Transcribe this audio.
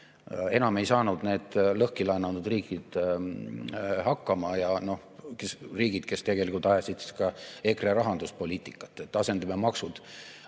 Enam ei saanud need lõhkilaenanud riigid hakkama ega ka riigid, kes tegelikult ajasid ka EKRE rahanduspoliitikat, et asendame maksud